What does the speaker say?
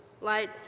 light